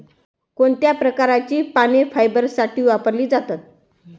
कोणत्या प्रकारची पाने फायबरसाठी वापरली जातात?